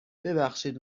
ببخشید